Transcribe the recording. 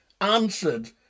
answered